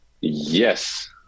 Yes